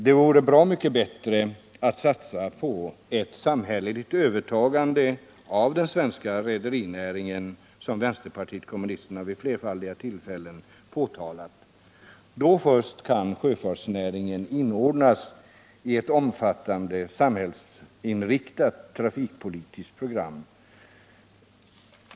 Det vore bra mycket bättre att satsa mer på ett samhälleligt övertagande av den svenska rederinäringen, något som vänsterpartiet kommunisterna vid flerfaldiga tillfällen påtalat. Då först kan sjöfartsnäringen inordnas i ett omfattande samhällsinriktat trafikpolitiskt program.